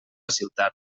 ciutat